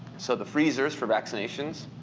so the freezers for vaccinations,